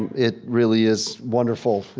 it really is wonderful,